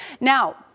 Now